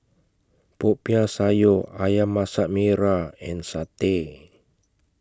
Popiah Sayur Ayam Masak Merah and Satay